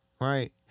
right